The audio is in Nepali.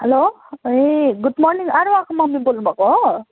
हेलो ए गुड मर्निङ आरोहको मम्मी बोल्नुभएको हो